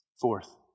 Fourth